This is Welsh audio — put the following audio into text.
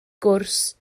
gwrs